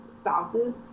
spouses